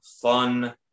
fun